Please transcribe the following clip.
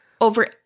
Over